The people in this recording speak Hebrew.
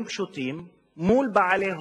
עם כל המאבקים